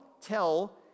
tell